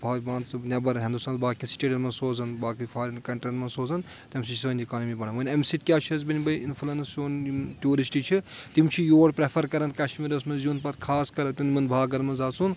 نیٚبر ہنٛدوستان باقیَن سٹیٹَن منٛز سوزان باقٕے فاریَن کَنٹریَن منٛز سوزان تَمہِ سۭتۍ چھِ سٲنۍ اِکانومی بَڑھان وۄنۍ اَمہِ سۭتۍ کیٛاہ چھُ اسہِ بَنہِ بیٚیہِ اِنفلَنٕس یُن یِم ٹیٛوٗرِسٹہٕ چھِ تِم چھِ یور پرٛیٚفَر کَران کَشمیٖرَس منٛز یُن پَتہٕ خاص کَر یِمن باغَن منٛز اَژُن